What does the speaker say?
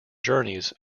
journeys